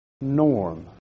norm